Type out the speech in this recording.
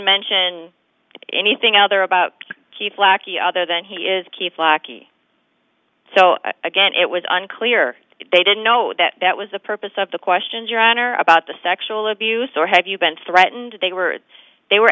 mention anything other about keith lackey other than he is keith lackey so again it was unclear they didn't know that that was the purpose of the questions your honor about the sexual abuse or have you been threatened they were they were